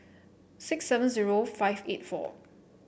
six seven zero five eight four